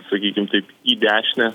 sakykim taip į dešinę